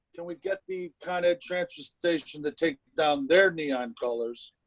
can we get the kind of transfer station to take down their neon colors.